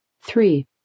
Three